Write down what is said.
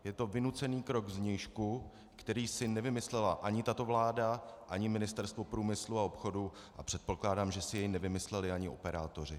Je to vynucený krok zvnějšku, který si nevymyslela ani tato vláda, ani Ministerstvo průmyslu a obchodu, a předpokládám, že si ji nevymysleli ani operátoři.